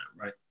right